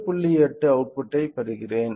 8 அவுட்புட்டைப் பெறுகிறேன்